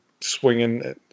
swinging